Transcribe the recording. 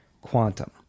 Quantum